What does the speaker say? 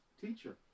teacher